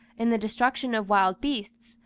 in the destruction of wild beasts,